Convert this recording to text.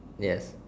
yes